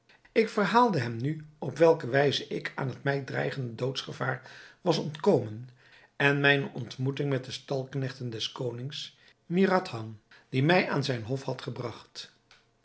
ik verhaalde hem nu op welke wijze ik aan het mij dreigende doodsgevaar was ontkomen en mijne ontmoeting met de stalknechten des konings mihradhan die mij aan zijn hof hadden gebragt